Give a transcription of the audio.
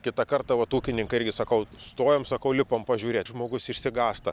kitą kartą vat ūkininkai irgi sakau stojam sakau lipam pažiūrėt žmogus išsigąsta